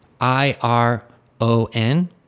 I-R-O-N